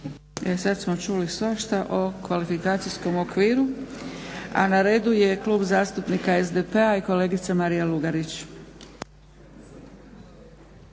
sad smo čuli svašta o kvalifikacijskom okviru. Na redu je Klub zastupnika SDP-a i kolegica Marija Lugarić.